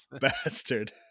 bastard